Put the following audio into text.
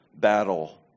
battle